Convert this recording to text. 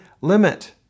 limit